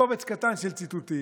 זה קומץ קטן של ציטוטים.